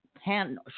hand